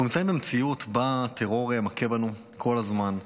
אנחנו נמצאים במציאות שבה הטרור מכה בנו כל הזמן.